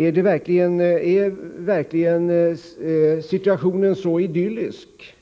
Är verkligen situationen så idyllisk